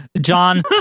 John